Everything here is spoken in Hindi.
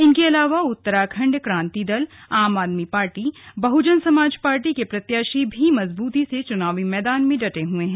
इनके अलावा उत्तराखंड क्रांति दल आम आदमी पार्टी बहुजन समाज पार्टी के प्रत्याशी भी मजबूती से चुनावी मैदान में डटे हुए हैं